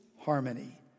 harmony